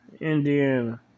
Indiana